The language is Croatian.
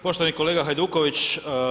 Poštovani kolega Hajduković.